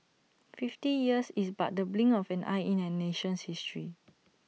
fifty years is but the blink of an eye in A nation's history